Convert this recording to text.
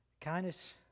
Kindness